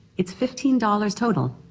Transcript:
it's fifteen dollars total.